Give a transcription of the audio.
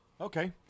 Okay